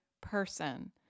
person